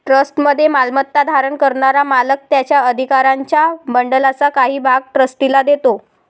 ट्रस्टमध्ये मालमत्ता धारण करणारा मालक त्याच्या अधिकारांच्या बंडलचा काही भाग ट्रस्टीला देतो